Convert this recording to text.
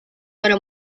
para